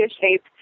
shape